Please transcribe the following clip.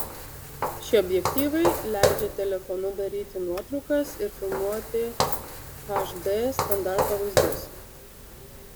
šie objektyvai leidžia telefonu daryti nuotraukas ir filmuoti hd standarto vaizdus